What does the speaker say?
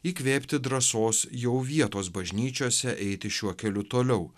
įkvėpti drąsos jau vietos bažnyčiose eiti šiuo keliu toliau